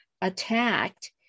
attacked